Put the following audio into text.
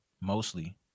mostly